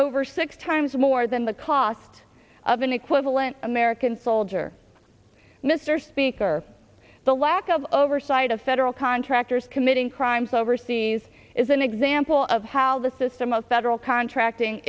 over six times more than the cost of an equivalent american soldier mr speaker the lack of oversight of federal contractors committing crimes overseas is an example of how the system of federal contracting